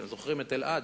אתם זוכרים את "טלעד"?